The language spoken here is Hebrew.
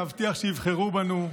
להבטיח שיבחרו בנו,